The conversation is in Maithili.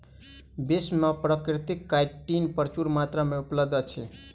विश्व में प्राकृतिक काइटिन प्रचुर मात्रा में उपलब्ध अछि